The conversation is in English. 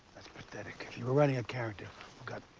pathetic. if you were writing a character who got,